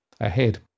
ahead